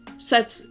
Sets